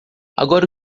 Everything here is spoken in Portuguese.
agora